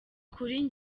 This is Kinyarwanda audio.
kuri